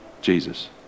Jesus